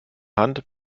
hand